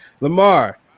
Lamar